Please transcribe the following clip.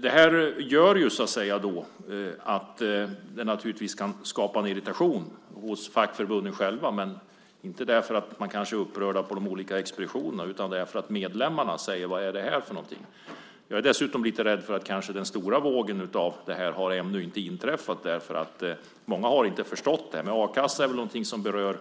Det här kan naturligtvis skapa en irritation hos fackförbunden själva, men kanske inte därför att man är upprörd ute på de olika expeditionerna utan därför att medlemmarna säger: Vad är det här för någonting? Dessutom är jag lite rädd för att den stora vågen här ännu kanske inte har inträffat. Många har ännu inte förstått det här, men a-kassan är väl någonting som berör.